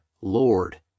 Lord